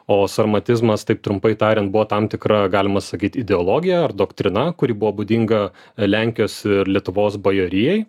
o sarmatizmas taip trumpai tariant buvo tam tikra galima sakyt ideologija ar doktrina kuri buvo būdinga lenkijos ir lietuvos bajorijai